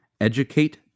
educate